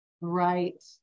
Right